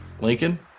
Lincoln